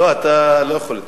אתה לא יכול להתנגד.